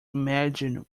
imagine